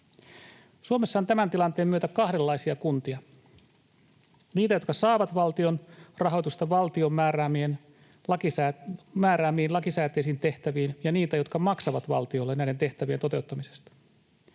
Suomessa on tämän tilanteen myötä kahdenlaisia kuntia: niitä, jotka saavat valtion rahoitusta valtion määräämiin lakisääteisiin tehtäviin, ja niitä, jotka maksavat valtiolle näiden tehtävien toteuttamisesta.